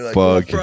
fuck